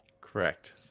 Correct